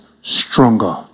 stronger